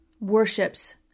worships